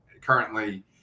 currently